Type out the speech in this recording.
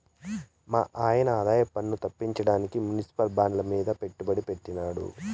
మాయన్న ఆదాయపన్ను తప్పించడానికి మునిసిపల్ బాండ్లమీద పెట్టుబడి పెట్టినాడు